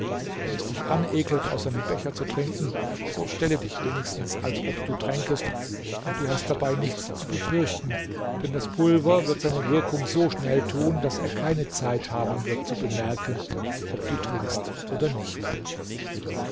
wenn es dich anekelt aus seinem becher zu trinken so stelle dich wenigstens als ob du tränkest und du hast dabei nichts zu befürchten denn das pulver wird seine wirkung so schnell tun daß er keine zeit haben wird zu bemerken ob du trinkst oder nicht